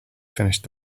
finished